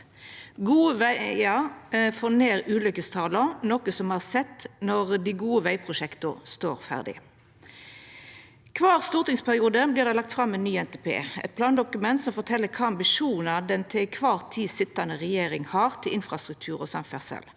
Gode vegar får ned ulykkestala, noko me har sett når dei gode vegprosjekta står ferdige. Kvar stortingsperiode vert det lagt fram ein ny NTP – eit plandokument som fortel kva ambisjonar den til ei kvar tid sitjande regjeringa har for infrastruktur og samferdsel.